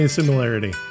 similarity